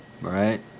Right